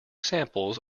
samples